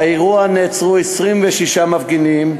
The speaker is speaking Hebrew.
באירוע נעצרו 26 מפגינים.